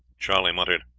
charley muttered,